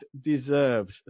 deserves